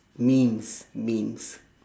memes memes